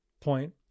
point